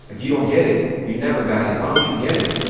like you don't get it. you never got it. why don't you get it?